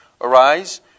Arise